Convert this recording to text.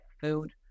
food